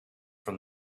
from